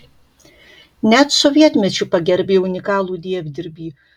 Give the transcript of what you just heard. net sovietmečiu pagerbė unikalų dievdirbį